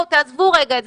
תעזבו רגע את הקובץ,